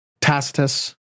Tacitus